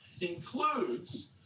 includes